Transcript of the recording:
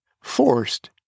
forced